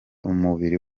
umubiri